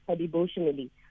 Emotionally